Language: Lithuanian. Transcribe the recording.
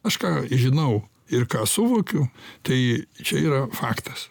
aš ką žinau ir ką suvokiu tai čia yra faktas